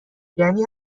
یعنی